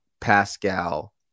Pascal